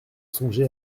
songé